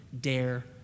dare